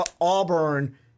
Auburn